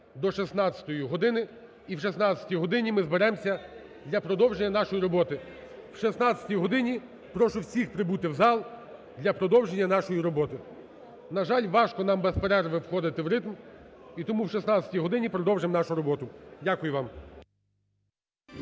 до 16-ї години. І о 16-й годині ми зберемося для продовження нашої роботи. О 16-й годині прошу всіх прибути в зал для продовження нашої роботи. На жаль, важко нам без перерви входити в ритм, і тому о 16-й годині продовжимо нашу роботу. Дякую вам.